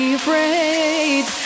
afraid